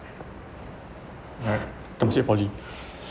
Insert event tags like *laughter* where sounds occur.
right to get poly *breath*